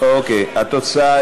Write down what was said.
אונקולוגיה ודיאליזה), התשע"ה